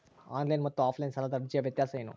Online ಮತ್ತು offline ಸಾಲದ ಅರ್ಜಿಯ ವ್ಯತ್ಯಾಸ ಏನು?